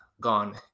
gone